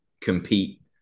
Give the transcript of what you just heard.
compete